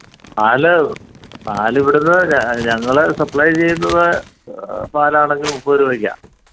പാൽ പാലിവിടുന്ന് ഞങ്ങൾ ഞങ്ങൾ സപ്ലൈ ചെയ്യുന്നത് പാലാണെങ്കിലും മുപ്പത് രൂപയ്ക്കാണ്